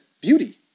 Beauty